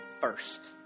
first